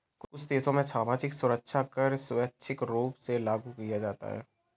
कुछ देशों में सामाजिक सुरक्षा कर स्वैच्छिक रूप से लागू किया जाता है